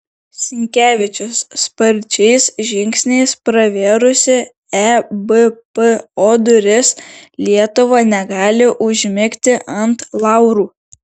sinkevičius sparčiais žingsniais pravėrusi ebpo duris lietuva negali užmigti ant laurų